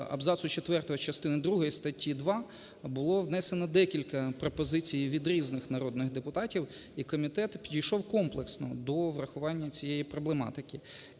абзацу 4 частини другої статті 2 було внесено декілька пропозицій від різних народних депутатів, і комітет підійшов комплексно до врахування цієї проблематики.